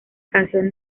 canción